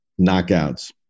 knockouts